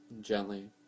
Gently